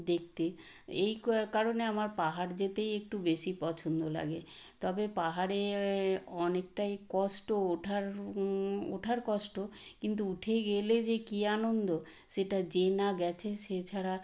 দেখতে এই কারণে আমার পাহাড় যেতেই একটু বেশি পছন্দ লাগে তবে পাহাড়ে অনেকটাই কষ্ট ওঠার ওঠার কষ্ট কিন্তু উঠে গেলে যে কি আনন্দ সেটা যে না গেছে সে ছাড়া